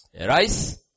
Arise